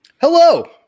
Hello